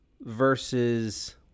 versus